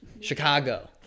chicago